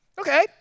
Okay